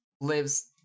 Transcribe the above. lives